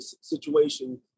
situation